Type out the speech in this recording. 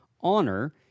honor